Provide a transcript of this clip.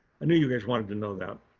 i know you guys wanted to know that.